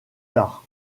tard